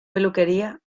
peluquería